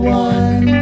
one